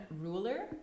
ruler